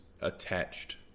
attached